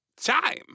time